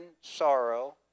sorrow